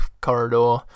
corridor